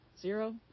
Zero